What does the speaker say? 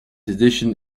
edition